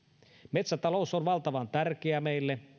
metsätalous on valtavan tärkeää meille